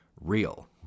real